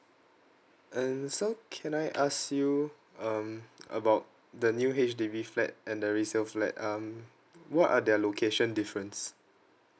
and so can I ask you um about the new H_D_B flat and the resale flat um what are their location difference